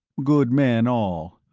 good men all.